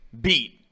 beat